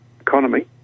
economy